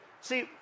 See